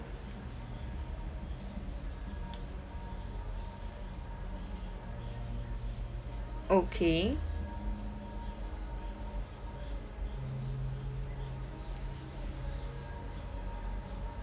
okay